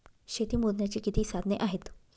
शेती मोजण्याची किती साधने आहेत?